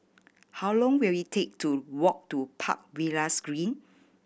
how long will it take to walk to Park Villas Green